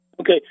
Okay